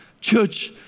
Church